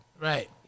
Right